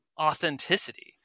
authenticity